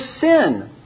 sin